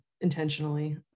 intentionally